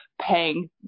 paying